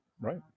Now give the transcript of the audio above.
Right